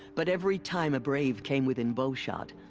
but every time a brave came within bowshot.